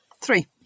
three